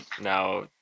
now